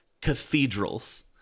cathedrals